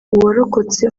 uwarokotse